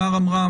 מר עמרם,